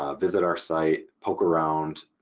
ah visit our site, poke around,